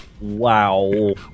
Wow